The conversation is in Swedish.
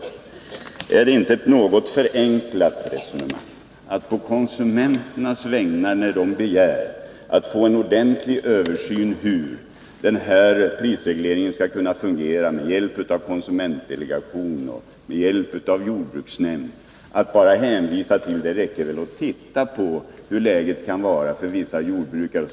Är det inte ett något förenklat resonemang att — när konsumenterna begär att få en ordentlig översyn med hjälp av konsumentdelegationen och jordbruksnämnden av hur prisregleringen skall kunna fungera — säga att det väl räcker med att titta på hur läget kan vara för vissa jordbrukare?